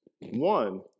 One